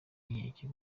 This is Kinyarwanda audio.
inkeke